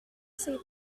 say